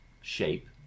shape